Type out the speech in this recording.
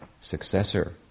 successor